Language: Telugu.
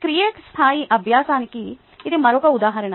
క్రియేట్ స్థాయి అభ్యాసానికి ఇది మరొక ఉదాహరణ